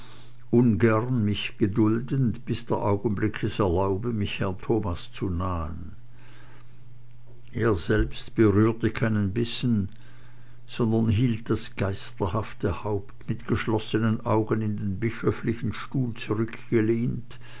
ungern mich geduldend bis der augenblick es erlaube mich herrn thomas zu nahen er selbst berührte keinen bissen sondern hielt das geisterhafte haupt mit geschlossenen augen in den bischöflichen stuhl zurückgelehnt